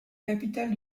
capitale